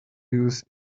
use